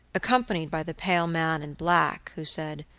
accompanied by the pale man in black, who said